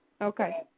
Okay